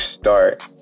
start